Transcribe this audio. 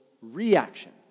reaction